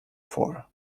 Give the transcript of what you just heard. vor